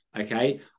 Okay